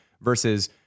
Versus